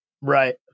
Right